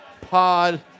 Pod